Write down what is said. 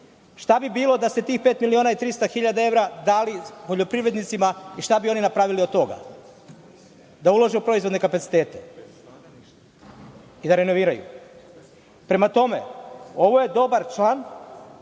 Šta bi bilo da ste tih 5.300.000 evra dali poljoprivrednicima i šta bi oni napravili od toga? Da ulože u proizvodne kapacitete i da renoviraju. Prema tome, ovo je dobar član,